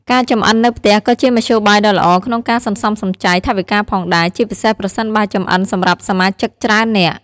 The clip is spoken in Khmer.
ការចម្អិននៅផ្ទះក៏ជាមធ្យោបាយដ៏ល្អក្នុងការ សន្សំសំចៃ ថវិកាផងដែរ ជាពិសេសប្រសិនបើចម្អិនសម្រាប់សមាជិកច្រើននាក់។